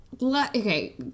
okay